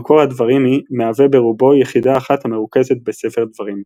המקור הדברימי מהווה ברובו יחידה אחת המרוכזת בספר דברים.